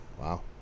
Wow